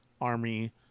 Army